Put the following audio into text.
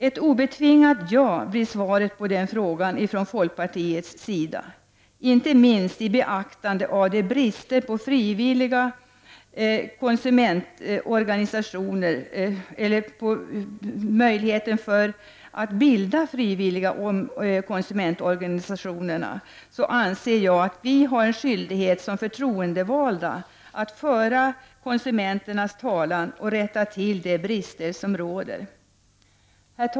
Ett obetingat ja, blir svaret på den frågan ifrån folkpartiets sida. Inte minst i beaktande av bristen på frivilliga konsumentorganisationer har vi en skyldighet som förtroendevalda att föra konsumenternas talan och rätta till de brister som finns.